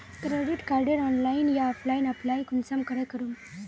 Credit कार्डेर online या offline apply कुंसम करे करूम?